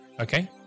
Okay